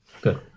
good